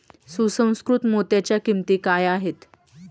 सुसंस्कृत मोत्यांच्या किंमती काय आहेत